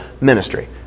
ministry